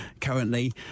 currently